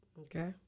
Okay